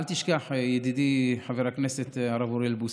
אל תשכח, ידידי חבר הכנסת הרב אוריאל בוסו,